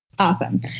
Awesome